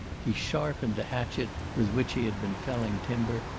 he sharpened the hatchet with which he had been felling timber,